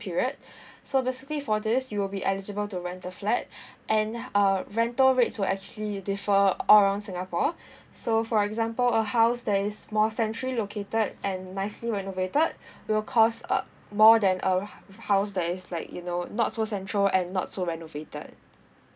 period so basically for this you will be eligible to rent a flat and uh rental rates will actually differ all around singapore so for example a house that is more centrally located and nicely renovated will cost uh more than a hourse that is like you know know so central and not so renovated